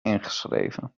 ingeschreven